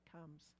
comes